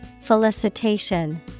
Felicitation